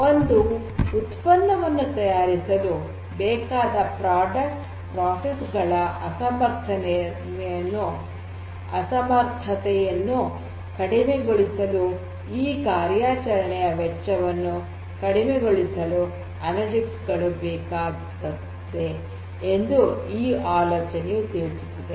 ಒಂದು ಉತ್ಪನ್ನವನ್ನು ತಯಾರಿಸಲು ಬೇಕಾದ ಉತ್ಪನ್ನ ಪ್ರಕ್ರಿಯೆಗಳ ಅಸಮರ್ಥತೆಯನ್ನು ಕಡಿಮೆಗೊಳಿಸಲು ಮತ್ತು ಕಾರ್ಯಾಚರಣೆಯ ವೆಚ್ಚವನ್ನು ಕಡಿಮೆಗೊಳಿಸಲು ಅನಲಿಟಿಕ್ಸ್ ಗಳು ಬೇಕಾಗಿದೆ ಎಂದು ಈ ಆಲೋಚನೆಯು ತಿಳಿಸುತ್ತದೆ